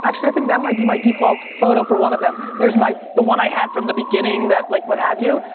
actually i think that might be my default photo for one of them. there's my, the one i had from the beginning, like what have you,